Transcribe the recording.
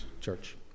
church